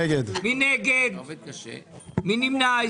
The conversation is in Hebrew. מי נמנע?